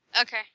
Okay